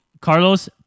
Carlos